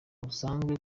busanzwe